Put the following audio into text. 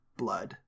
blood